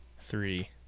three